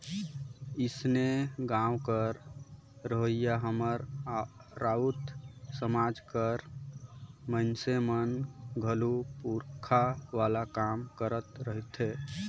अइसने गाँव कर रहोइया हमर राउत समाज कर मइनसे मन घलो पूरखा वाला काम करत रहथें